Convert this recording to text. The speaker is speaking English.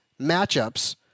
matchups